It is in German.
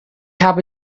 habe